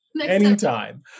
anytime